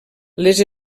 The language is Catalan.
les